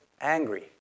angry